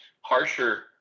harsher